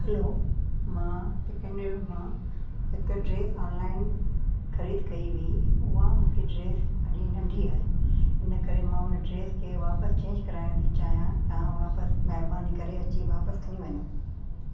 hello मां पिकनिर मां हिकु ड्रेस ऑनलाइन ख़रीदु कई हुई उहा मूंखे ड्रेस ॾाढी नंढी आहे हिन करे मां उन ड्रेस खे वापसि चेंज कराइण थी चाहियां तव्हां वापसि महिरबानी करे अची वापसि खणी वञो